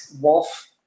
Wolf